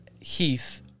Heath